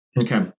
Okay